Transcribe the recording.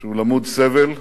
שהוא למוד סבל,